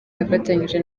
yafatanyije